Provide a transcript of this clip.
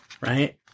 Right